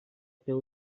peu